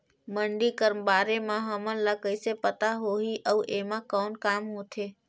मंडी कर बारे म हमन ला कइसे पता होही अउ एमा कौन काम होथे?